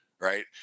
Right